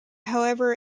however